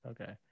okay